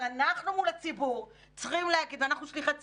אבל אנחנו מול הציבור ואנחנו שליחי ציבור,